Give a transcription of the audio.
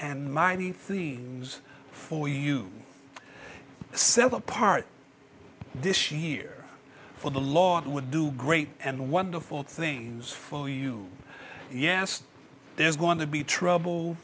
and mighty things for you self apart this year for the lord would do great and wonderful things for you yes there's going to be trouble